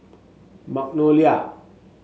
magnolia